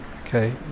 Okay